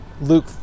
Luke